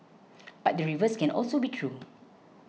but the reverse can also be true